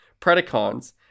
Predacons